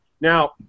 Now